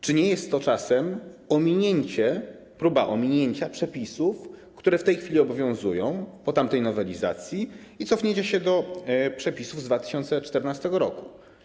Czy nie jest to czasem próba ominięcia przepisów, które w tej chwili obowiązują po tamtej nowelizacji, i cofnięcia się do przepisów z 2014 r.